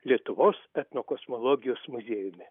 lietuvos etnokosmologijos muziejumi